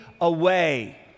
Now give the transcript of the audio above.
away